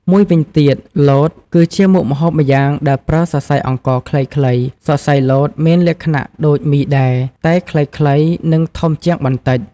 មួយវិញទៀត លត គឺជាមុខម្ហូបម្យ៉ាងដែលប្រើសរសៃអង្ករខ្លីៗ សរសៃលតមានលក្ខណៈដូច មីដែរ តែខ្លីៗ និងធំជាងបន្តិច។